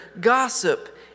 gossip